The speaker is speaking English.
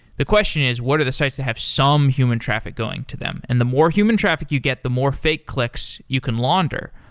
the question is what are the sites that have some human traffic going to them? and the more human traffic you get, the more fake clicks you can launder.